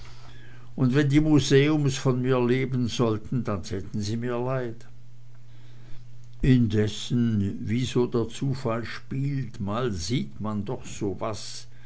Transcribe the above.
und wenn die museums von mir leben sollten dann täten sie mir leid indessen wie so der zufall spielt mal sieht man doch so was